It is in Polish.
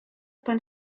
pan